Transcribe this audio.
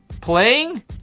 Playing